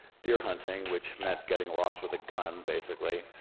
deer hunting, which meant getting lost with a gun basically